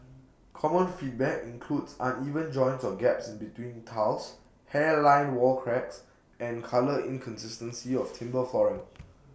common feedback includes uneven joints or gaps in between tiles hairline wall cracks and colour inconsistency of timber flooring